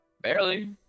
Barely